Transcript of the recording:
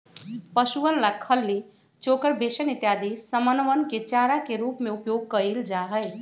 पशुअन ला खली, चोकर, बेसन इत्यादि समनवन के चारा के रूप में उपयोग कइल जाहई